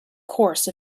course